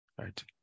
right